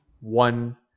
one